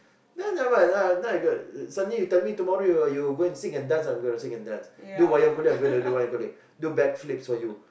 then never mind now now I go suddenly you tell me tomorrow you you go and sing and dance I'm gonna sing and dance do wayang kulit I'm gonna do wayang kulit do back flips for you